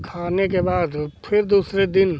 खाने के बाद वह फिर दूसरे दिन